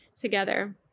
together